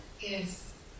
Yes